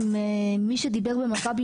אם מי שדיבר "במכבי",